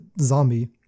zombie